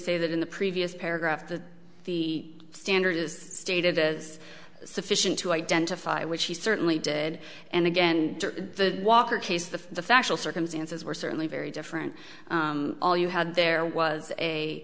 say that in the previous paragraph that the standard is stated as sufficient to identify which he certainly did and again the walker case the factual circumstances were certainly very different all you had there was a